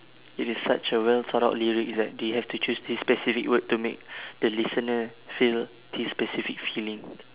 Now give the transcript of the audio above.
it is such a well thought out lyrics that they have to choose this specific word to make the listener feel this specific feeling